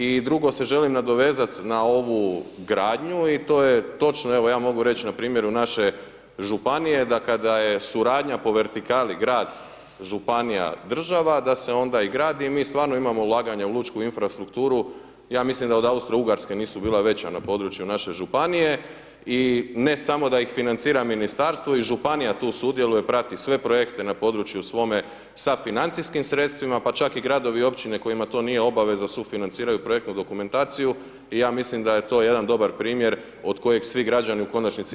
I drugo se želim nadovezati na ovu gradnju i to je točno, evo ja mogu reći, npr. u naše županije, da kada je suradnja po vertikali grad, županija, država, da se onda i gradi i mi stvarno imamo ulaganja u lučku infrastrukturu, ja mislim da od Austrougarske nisu bila veća na području naše županije i ne samo da ih financira ministarstvo i županija tu sudjeluje, prati sve projekte na području svoje, sa financijskim sredstvima, pa čak i gradovi i općine kojima to nije obaveza sufinanciraju projektnu dokumentaciju i ja mislim da je to jedan dobar primjer od kojeg svi građani u konačnici imaju koristi.